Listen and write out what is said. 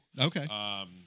Okay